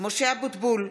משה אבוטבול,